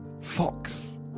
Fox